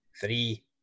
three